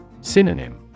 Synonym